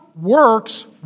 works